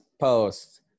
post